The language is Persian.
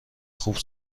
خوب